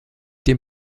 dem